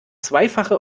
zweifache